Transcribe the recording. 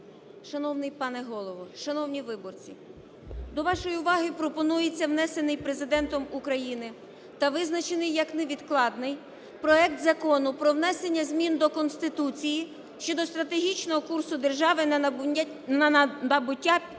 Шановний пане Голово! Шановні виборці! До вашої уваги пропонується внесений Президентом України та визначений як невідкладний проект Закону про внесення змін до Конституції (щодо стратегічного курсу держави на набуття повноправного